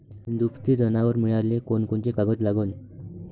दुभते जनावरं मिळाले कोनकोनचे कागद लागन?